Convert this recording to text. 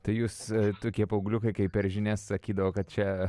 tai jūs tokie paaugliukai kai per žinias sakydavo kad čia